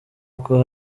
uko